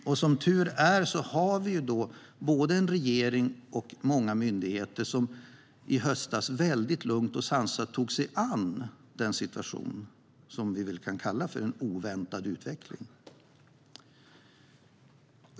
Och som tur är har vi både en regering och många myndigheter som i höstas lugnt och sansat tog sig an situationen, som vi väl kan kalla för en oväntad utveckling.